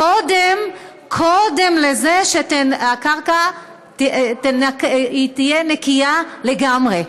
קודם לזה שהקרקע תהיה נקייה לגמרי.